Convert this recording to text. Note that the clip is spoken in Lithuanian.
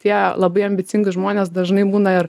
tie labai ambicingi žmonės dažnai būna ir